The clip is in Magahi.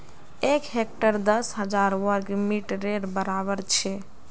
एक हेक्टर दस हजार वर्ग मिटरेर बड़ाबर छे